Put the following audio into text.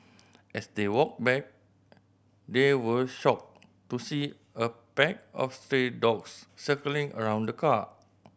as they walked back they were shocked to see a pack of stray dogs circling around car